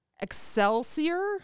Excelsior